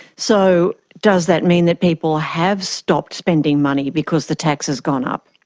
so does that mean that people have stopped spending money because the tax has gone up?